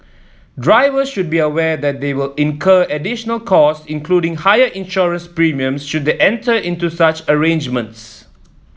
drivers should be aware that they will incur additional costs including higher insurance premiums should they enter into such arrangements